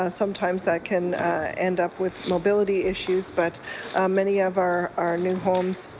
ah sometimes that can end up with mobility issues. but many of our our new homes,